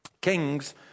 Kings